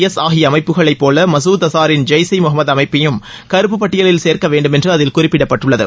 L ஆகிய அமைப்புகளை போல மசூத் அசாரின் ஜெய்ஷ்இ முகமது அமைப்பையும் கருப்பு பட்டியலில் சேர்க்க வேண்டுமென்று அதில் குறிப்பிடப்பட்டுள்ளது